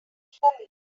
shelley